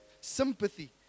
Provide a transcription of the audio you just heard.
sympathy